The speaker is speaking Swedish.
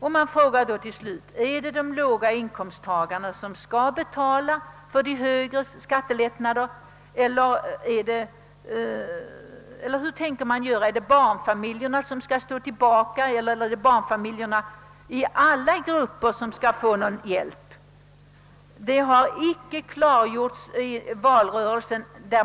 Till slut vill jag fråga: Är det de låga inkomsttagarna som skall betala de högre inkomsttagarnas skattelättnader eller är det barnfamiljerna som skall få stå tillbaka eller skall alla barnfamiljerna lämnas hjälp? Det har inte klargjorts i valrörelsen.